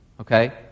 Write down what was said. Okay